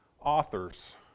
authors